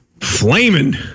flaming